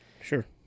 Sure